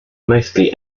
mostly